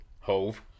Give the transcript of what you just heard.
hove